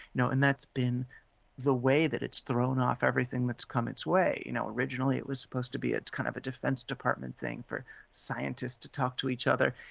and that's been the way that it's thrown off everything that's come its way, you know, originally it was supposed to be a kind of a defence department thing for scientists to talk to each other,